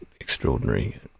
extraordinary